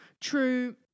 True